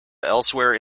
elsewhere